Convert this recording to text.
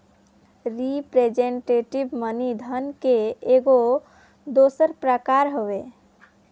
representative money धन के एगो दोसर प्रकार हवे